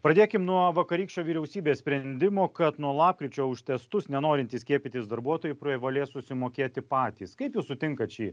pradėkim nuo vakarykščio vyriausybės sprendimo kad nuo lapkričio už testus nenorintys skiepytis darbuotojai privalės susimokėti patys kaip jūs sutinkat šį